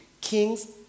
king's